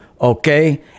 Okay